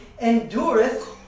endureth